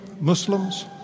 Muslims